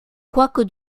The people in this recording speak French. quoique